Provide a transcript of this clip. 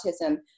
autism